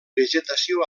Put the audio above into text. vegetació